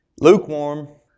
Lukewarm